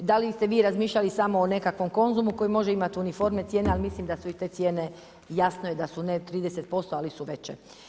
Da li ste vi razmišljali samo o nekakvom Konzumu koji može imat uniforme cijena, ali mislim da su i te cijene jasno je da su, ne 30%, ali su veće.